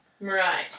Right